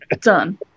Done